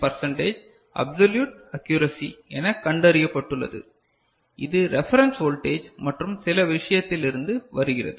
19 absolute accuracy என கண்டறியப்பட்டுள்ளது இது ரெபரன்ஸ் வோல்டேஜ் மற்றும் சில விஷயத்தில் இருந்து வருகிறது